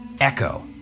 echo